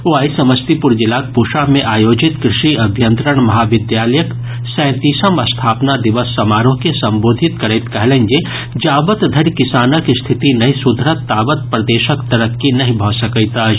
ओ आइ समस्तीपुर जिलाक पूसा मे आयोजित कृषि अभियंत्रण महाविद्यालयक सैंतीसम स्थापना दिवस समारोह के संबोधित करैत कहलनि जे जावत धरि किसानक स्थिति नहि सुधरत तावत प्रदेशक तरक्की नहि भऽ सकैत अछि